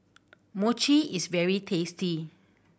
Mochi is very tasty